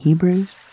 Hebrews